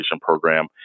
program